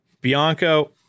Bianco